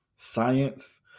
Science